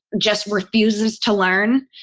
just refuses to learn,